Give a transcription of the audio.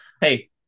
Hey